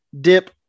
dip